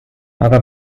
aga